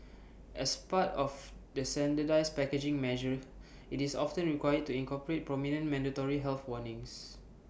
as part of the standardised packaging measure IT is often required to incorporate prominent mandatory health warnings